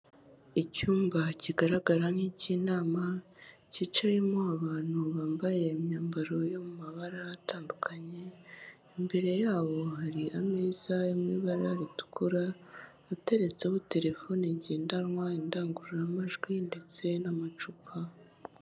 Icyumba kigaragara nk' icy'inama, cyicayerimo abantu bambaye imyambaro yo mu mabara atandukanye, imbere yabo hari ameza mu ibara ritukura ateretseho terefone ngendanwa, indangururamajwi, ndetse n'amacupa.